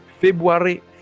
February